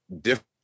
different